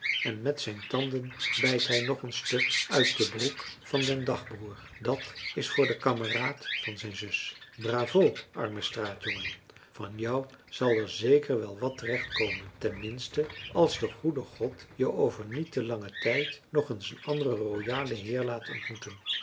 en met zijn tanden bijt hij nog een stuk uit de broek van den dagbroer dat is voor de kameraad van zijn zus bravo arme straatjongen van jou zal er zeker wel wat terecht komen ten minste als de goede god je over niet te langen tijd nog eens een anderen royalen heer laat ontmoeten